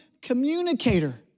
communicator